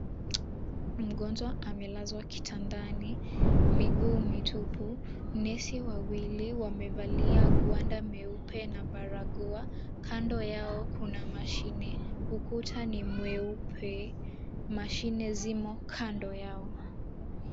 Mgonjwa amelazwa kitandani, miguu mitupu. Nesi wawili wamevalia gwanda meupe na barakoa. Kando yao kuna mashine, ukuta ni mweupe. Mashine zimo kando yao.